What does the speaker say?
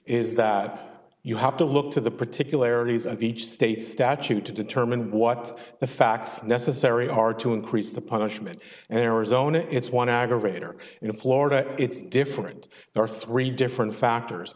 is that you have to look to the particularities of each state statute to determine what the facts necessary are to increase the punishment and arizona it's one aggravator in florida it's different there are three different factors